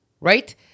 right